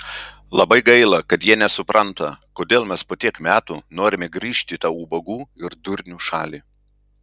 labai gaila kad jie nesupranta kodėl mes po tiek metų norime grįžti į tą ubagų ir durnių šalį